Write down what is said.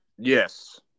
Yes